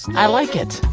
i like it.